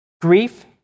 grief